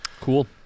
Cool